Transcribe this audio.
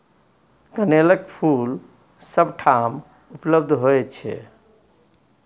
कनेलक फूल सभ ठाम उपलब्ध होइत छै